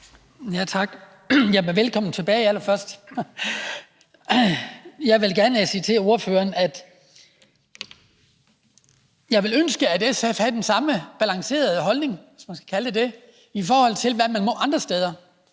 Tak. Jamen allerførst vil jeg sige velkommen tilbage. Jeg ville ønske, at SF havde den samme balancerede holdning, hvis man kan kalde det det, i forhold til hvad man må andre steder.